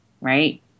right